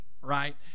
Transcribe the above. right